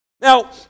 Now